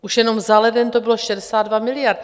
Už jenom za leden to bylo 62 miliard.